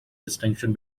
distinction